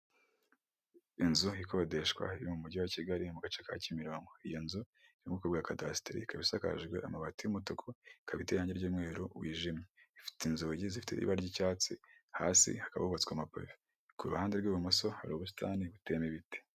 Inzu ikodeshwa mu mujyi wa Kigali mu gace ka Kimironko iyo nzu iri mu ku bwa kadasiteri, isakajwe amabati y'umutuku ikaba iteye, irangi ry'umweru wijimye, ifite inzugi zifite ibara ry'icyatsi, hasi hubatswe amapave ku ruhande rw'ibumoso hari ubusitani buteyemo ibiti.